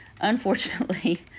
unfortunately